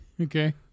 Okay